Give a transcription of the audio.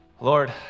Lord